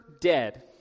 dead